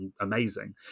amazing